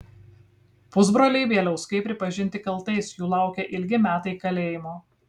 pusbroliai bieliauskai pripažinti kaltais jų laukia ilgi metai kalėjimo